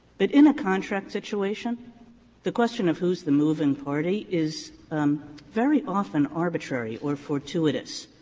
but in a contract situation the question of who's the moving party is very often arbitrary or fortuitous.